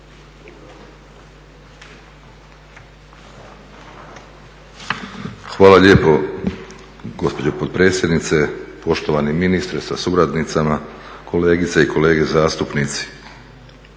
Hvala lijepo gospođo potpredsjednice, poštovani ministre sa suradnicama, kolegice i kolege zastupnici.